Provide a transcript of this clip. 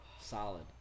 Solid